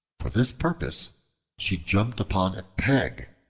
for this purpose she jumped upon a peg,